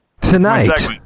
Tonight